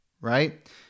right